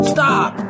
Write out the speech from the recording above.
Stop